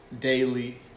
daily